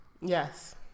Yes